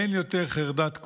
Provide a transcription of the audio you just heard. אין יותר חרדת קודש,